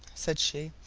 said she,